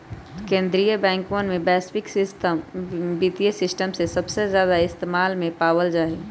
कीन्द्रीय बैंकवन में वैश्विक वित्तीय सिस्टम के सबसे ज्यादा इस्तेमाल में लावल जाहई